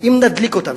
אם נדליק אותם.